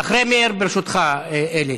אחרי מאיר, ברשותך, אלי.